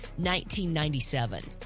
1997